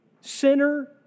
Sinner